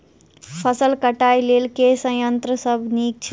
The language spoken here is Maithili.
फसल कटाई लेल केँ संयंत्र सब नीक छै?